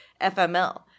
FML